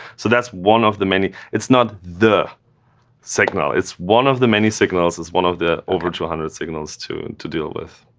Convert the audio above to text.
so that's one of the many it's not the signal. it's one of the many signals. it's one of the over two hundred signals to deal with.